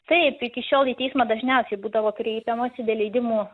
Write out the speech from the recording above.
taip iki šiol į teismą dažniausiai būdavo kreipiamasi dėl leidimo